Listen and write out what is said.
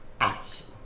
action